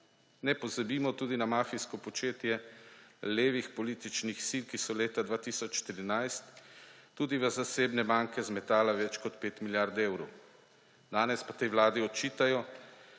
Ne pozabimo tudi na mafijsko početje levih političnih sil, ki so leta 2013 tudi v zasebne banke zmetale več kot 5 milijard evrov. Danes pa tej vladi očitajo,